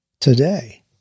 Today